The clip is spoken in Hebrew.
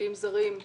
משקיעים זרים,